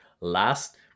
last